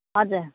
हजुर